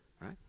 right